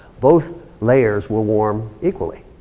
both layers will warm equally.